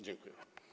Dziękuję.